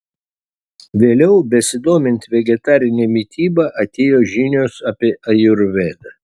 vėliau besidomint vegetarine mityba atėjo žinios apie ajurvedą